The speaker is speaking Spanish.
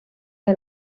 del